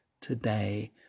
today